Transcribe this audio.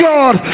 God